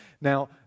Now